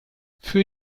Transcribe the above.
für